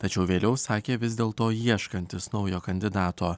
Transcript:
tačiau vėliau sakė vis dėl to ieškantis naujo kandidato